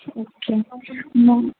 okay म